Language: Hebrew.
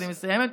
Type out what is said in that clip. אני מסיימת.